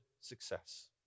success